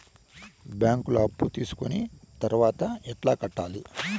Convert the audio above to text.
బ్యాంకులో అప్పు తీసుకొని తర్వాత ఎట్లా కట్టాలి?